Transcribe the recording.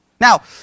Now